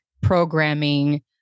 programming